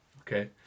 Okay